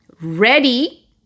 ready